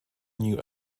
new